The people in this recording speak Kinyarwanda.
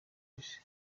isi